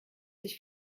sich